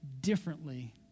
differently